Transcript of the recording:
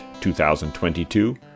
2022